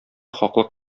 хаклык